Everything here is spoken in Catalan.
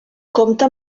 compta